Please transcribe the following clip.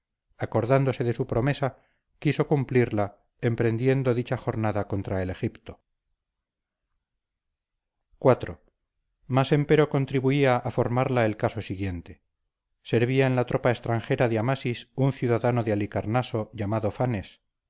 acordándose de su promesa quiso cumplirla emprendiendo dicha jornada contra el egipto iv más empero contribuiría a formarla el caso siguiente servía en la tropa extranjera de amasis un ciudadano de halicarnaso llamado fanes